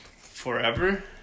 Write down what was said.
forever